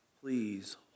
please